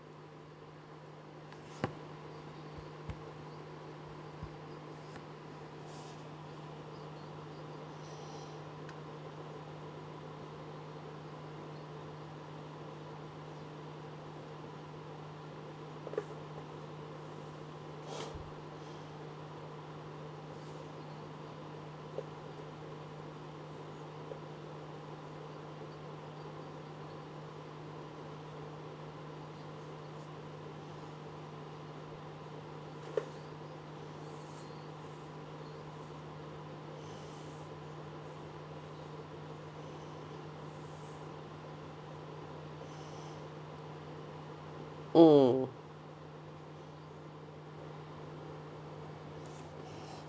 mm